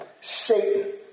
Satan